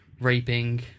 raping